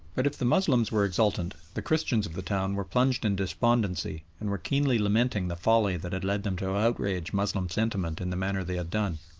but if the moslems were exultant, the christians of the town were plunged in despondency and were keenly lamenting the folly that had led them to outrage moslem sentiment in the manner they had done.